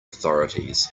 authorities